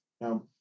Now